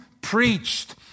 preached